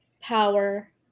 power